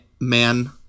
Man